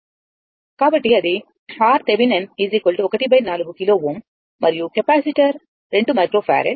కాబట్టి అది RThevenin 1 4 kilo Ω మరియు కెపాసిటర్ 2 మైక్రో ఫారడ్